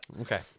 Okay